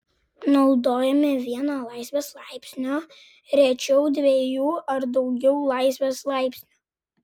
naudojami vieno laisvės laipsnio rečiau dviejų ar daugiau laisvės laipsnių